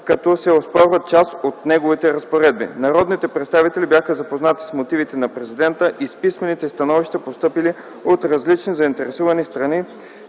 като се оспорват част от неговите разпоредби. Народните представители бяха запознати с мотивите на президента и с писмените становища, постъпили от различни заинтересовани страни,